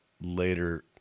later